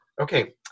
Okay